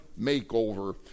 makeover